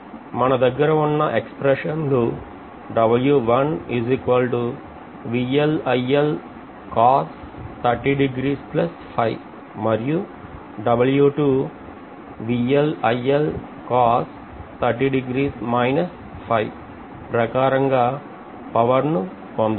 మన దగ్గర వున్న ఎక్స్ప్రెషన్ల మరియు ప్రకారం పవర్ను పొందొచ్చు